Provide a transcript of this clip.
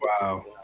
Wow